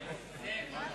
על הצעת חוק איכות הסביבה (המזהם משלם) (דרכי ענישה)